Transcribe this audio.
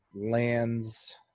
lands